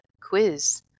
quiz